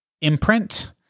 imprint